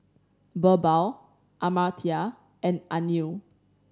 Birbal Amartya and Anil